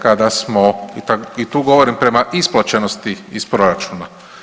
Kada smo i tu govorim prema isplaćenosti iz proračuna.